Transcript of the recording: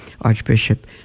Archbishop